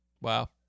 Wow